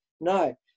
No